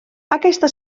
aquesta